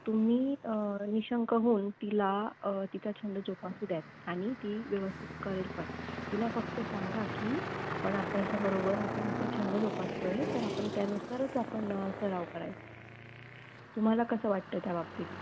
तुम्ही निशंक होऊन तिला तिचा छंद जोपासू द्याल आणि ती व्यवस्थित करेल पण तिला फक्त सांगा की आपण आभ्यासाबरोबर आपण आपलं छंद जोपासतो आहे तर आपण त्यानुसारच आपण सराव करायचा तुम्हाला कसं वाटतं आहे त्या बाबतीत